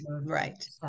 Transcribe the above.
right